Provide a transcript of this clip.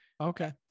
Okay